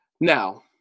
Now